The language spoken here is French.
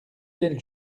quel